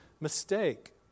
mistake